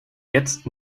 jetzt